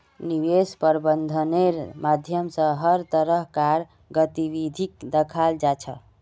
निवेश प्रबन्धनेर माध्यम स हर तरह कार गतिविधिक दखाल जा छ